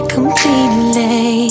Completely